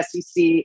SEC